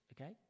okay